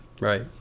right